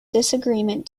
disagreement